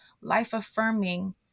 life-affirming